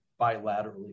bilaterally